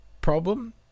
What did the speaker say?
problem